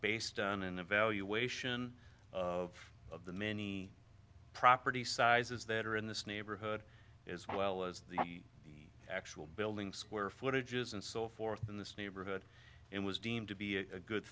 based on an evaluation of of the many property sizes that are in this neighborhood as well as the actual building square footage is and so forth in this neighborhood and was deemed to be a good